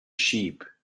sheep